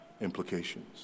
implications